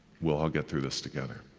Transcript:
we'll all get through this together.